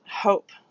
hope